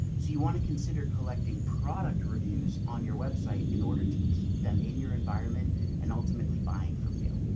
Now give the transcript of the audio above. so you want to consider collecting product reviews on your website in order to keep them in your environment and ultimately buying from you.